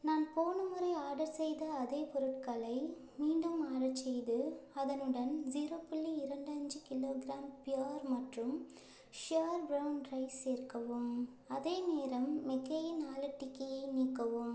நான் போன முறை ஆர்டர் செய்த அதே பொருட்களை மீண்டும் ஆர்டர் செய்து அதனுடன் ஸீரோ புள்ளி இரண்டு அஞ்சி கிலோகிராம் ப்யோர் மற்றும் ஷ்யோர் ப்ரௌன் ரைஸ் சேர்க்கவும் அதே நேரம் மெக்கெயின் ஆலு டிக்கியை நீக்கவும்